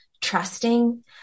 Trusting